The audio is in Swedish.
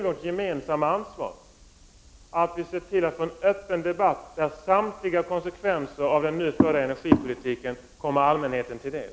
Vårt gemensamma ansvar är att se till att vi får en öppen debatt, där samtliga konsekvenser av den nu förda energipolitiken kommer allmänheten till del.